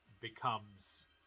becomes